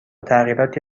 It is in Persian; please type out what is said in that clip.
تغییراتی